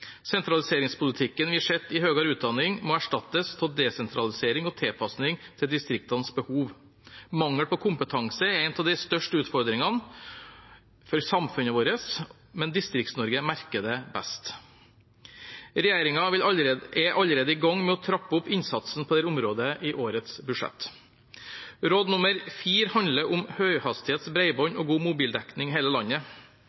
Sentraliseringspolitikken vi har sett i høyere utdanning, må erstattes av desentralisering og tilpasning til distriktenes behov. Mangel på kompetanse er en av de største utfordringene for samfunnet vårt, men Distrikts-Norge merker det best. Regjeringen er allerede i gang med å trappe opp innsatsen på dette området i årets budsjett. Råd nummer fire handler om høyhastighets